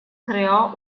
creò